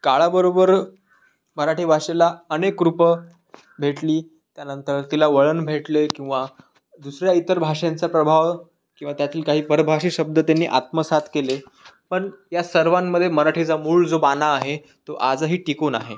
काळाबरोबर मराठी भाषेला अनेक रूपं भेटली त्यानंतर तिला वळण भेटले किंवा दुसऱ्या इतर भाषेंचा प्रभाव किंवा त्यातील काही परभाषी शब्द त्यांनी आत्मसात केले पण या सर्वांमध्ये मराठीचा मूळ जो बाणा आहे तो आजही टिकून आहे